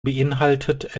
beinhaltet